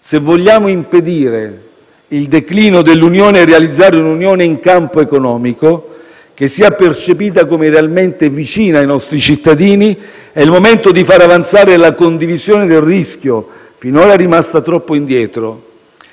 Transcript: se vogliamo impedire il declino dell'Unione e realizzare una Unione in campo economico che sia percepita come realmente vicina ai nostri cittadini, è il momento di far avanzare la condivisione del rischio finora rimasta troppo indietro.